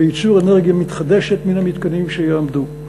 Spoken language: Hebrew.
בייצור אנרגיה מתחדשת מן המתקנים שיעמדו.